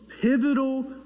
pivotal